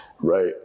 right